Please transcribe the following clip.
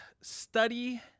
study